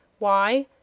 why,